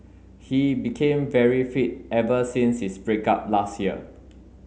he became very fit ever since his break up last year